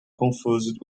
confused